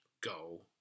go